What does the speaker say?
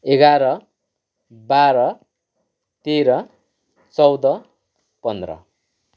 एघार बाह्र तेह्र चौध पन्ध्र